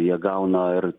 jie gauna ir